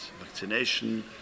vaccination